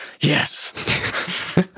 yes